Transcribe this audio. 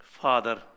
Father